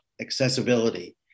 accessibility